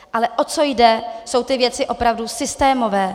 Ale o co jde, jsou ty věci opravdu systémové.